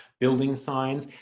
building signs.